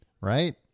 right